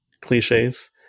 cliches